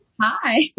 Hi